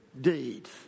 deeds